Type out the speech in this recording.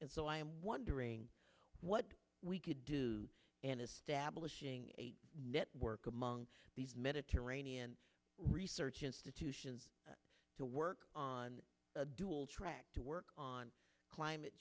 and so i am wondering what we could do an establishing a network among these mediterranean research institutions to work on a dual track to work on climate